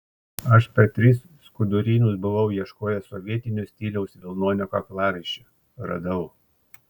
aš per tris skudurynus buvau ieškojęs sovietinio stiliaus vilnonio kaklaraiščio radau